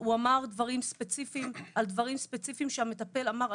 הוא אמר דברים ספציפיים על דברים ספציפיים שהמטפל אמר.